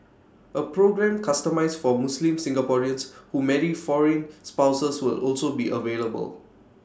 A programme customised for Muslim Singaporeans who marry foreign spouses will also be available